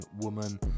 woman